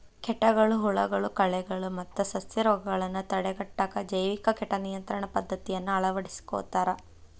ಕೇಟಗಳು, ಹುಳಗಳು, ಕಳೆಗಳು ಮತ್ತ ಸಸ್ಯರೋಗಗಳನ್ನ ತಡೆಗಟ್ಟಾಕ ಜೈವಿಕ ಕೇಟ ನಿಯಂತ್ರಣ ಪದ್ದತಿಯನ್ನ ಅಳವಡಿಸ್ಕೊತಾರ